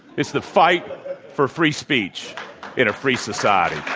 it's the fight for free speech in a free society.